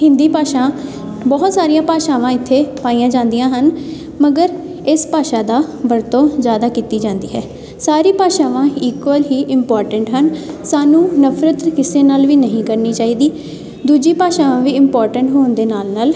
ਹਿੰਦੀ ਭਾਸ਼ਾ ਬਹੁਤ ਸਾਰੀਆਂ ਭਾਸ਼ਾਵਾਂ ਇੱਥੇ ਪਾਈਆਂ ਜਾਂਦੀਆਂ ਹਨ ਮਗਰ ਇਸ ਭਾਸ਼ਾ ਦਾ ਵਰਤੋਂ ਜ਼ਿਆਦਾ ਕੀਤੀ ਜਾਂਦੀ ਹੈ ਸਾਰੀ ਭਾਸ਼ਾਵਾਂ ਇਕੁਅਲ ਹੀ ਇਮਪੋਰਟੈਂਟ ਹਨ ਸਾਨੂੰ ਨਫ਼ਰਤ ਕਿਸੇ ਨਾਲ ਵੀ ਨਹੀਂ ਕਰਨੀ ਚਾਹੀਦੀ ਦੂਜੀ ਭਾਸ਼ਾਵਾਂ ਵੀ ਇੰਪੋਰਟੈਂਟ ਹੋਣ ਦੇ ਨਾਲ ਨਾਲ